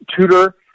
tutor